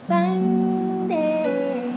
Sunday